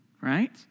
Right